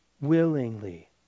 willingly